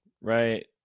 Right